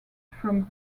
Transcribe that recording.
from